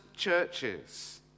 churches